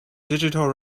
digital